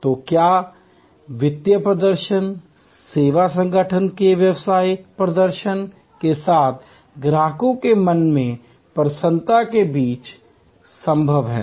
तो क्या वित्तीय प्रदर्शन सेवा संगठन के व्यवसाय प्रदर्शन के साथ ग्राहकों के मन में प्रसन्नता के बीच संबंध है